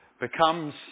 becomes